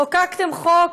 חוקקתם חוק.